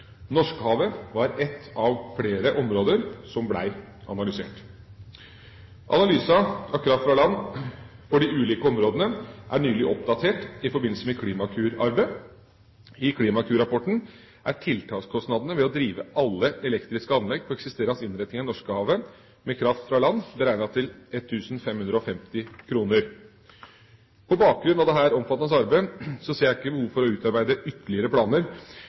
var et av flere områder som ble analysert. Analysen av kraft fra land for de ulike områdene er nylig oppdatert i forbindelse med Klimakur-arbeidet. I Klimakur-rapporten er tiltakskostnadene ved å drive alle elektriske anlegg på eksisterende innretninger i Norskehavet med kraft fra land beregnet til 1 550 kr per tonn CO2. På bakgrunn av dette omfattende arbeidet ser jeg ikke behov for å utarbeide ytterligere planer